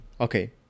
Okay